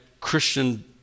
Christian